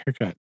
haircut